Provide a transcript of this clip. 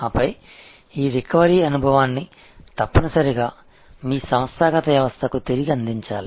ఆపై ఈ రికవరీ అనుభవాన్ని తప్పనిసరిగా మీ సంస్థాగత వ్యవస్థకు తిరిగి అందించాలి